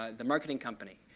ah the marketing company,